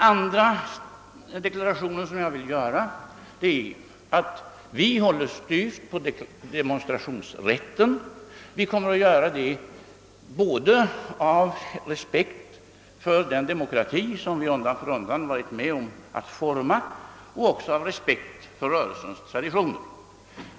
För det andra vill jag deklarera att vi håller styvt på demonstrationsrätten, och vi kommer att fortsätta med det både av respekt för den demokrati som vi undan för undan varit med om att forma och av respekt för rörelsens traditioner.